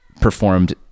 performed